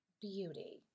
beauty